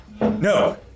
No